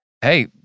hey